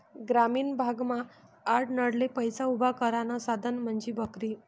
ग्रामीण भागमा आडनडले पैसा उभा करानं साधन म्हंजी बकरी